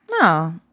No